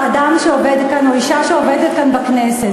אדם שעובד כאן או אישה שעובדת כאן בכנסת,